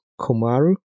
Komaru